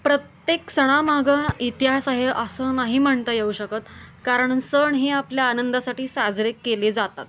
प्रत्येक सणामागं इतिहास आहे असं नाही म्हणता येऊ शकत कारण सण हे आपल्या आनंदासाठी साजरे केले जातात